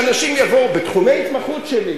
חשבתי שאנשים יבואו, בתחומי התמחות שלי.